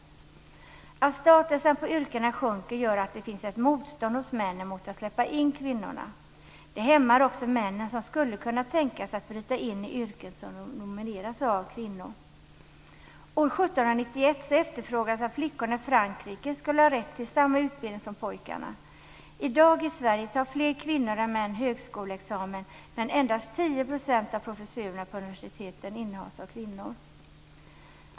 Att statusen på yrkena sjunker gör att det finns ett motstånd hos männen mot att släppa in kvinnorna. Det hämmar också de män som skulle kunna tänka sig att bryta in i yrken som domineras av kvinnor. År 1791 efterfrågades att flickorna i Frankrike skulle ha rätt till samma utbildning som pojkarna. I dag i Sverige tar fler kvinnor än män högskoleexamen, men endast 10 % av professurerna på universiteten innehas av kvinnor.